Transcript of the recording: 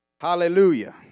Hallelujah